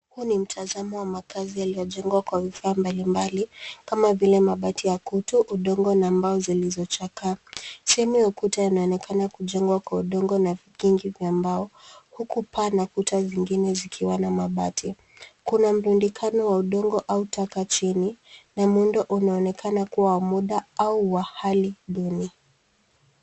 Huu ni mtazamo wa makazi yaliyojengwa kwa vifaa mbalimbali kama vile mabati ya kutu, udongo na mbao zilizochakaa. Sehemu ya ukuta inaonekana kujengwa kwa udongo na vikingi vya mbao huku paa na kuta zingine zikiwa na mabati. Kuna mrundikano wa udongo au taka chini na muundo unaonekana kuwa wa muda au wa hali duni.